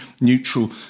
neutral